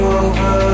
over